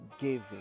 giving